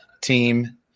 team